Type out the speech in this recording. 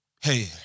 hey